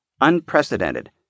unprecedented